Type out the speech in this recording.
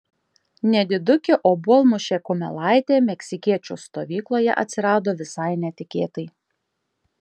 nedidukė obuolmušė kumelaitė meksikiečių stovykloje atsirado visai netikėtai